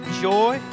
joy